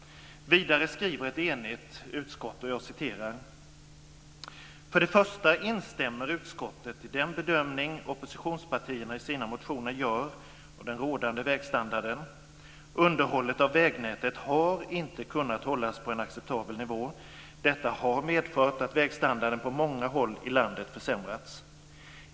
Vidare skriver ett enigt utskott: "För det första instämmer utskottet i den bedömning oppositionspartierna i sina motioner gör av den rådande vägstandarden . underhållet av vägnätet" har inte "kunnat hållas på en acceptabel nivå. Detta har medfört att vägstandarden på många håll i landet försämrats.